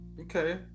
Okay